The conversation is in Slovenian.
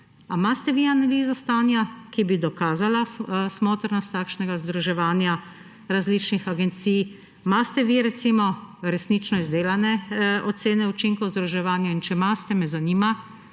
imate vi analizo stanja, ki bi dokazala smotrnost takšnega združevanja različnih agencij. Imate vi resnično izdelane ocene učinkov združevanja? In če imate, me zanima,